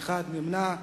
נמנע אחד.